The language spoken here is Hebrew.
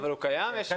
הוא קיים?